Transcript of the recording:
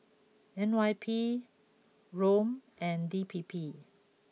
N Y P ROM and D P P